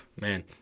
man